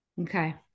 Okay